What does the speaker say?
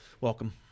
welcome